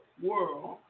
world